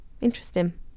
Interesting